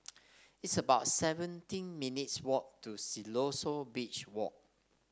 it's about seventeen minutes' walk to Siloso Beach Walk